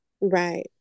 right